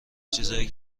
چیزهایی